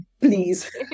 please